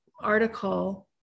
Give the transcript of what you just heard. article